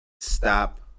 stop